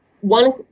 one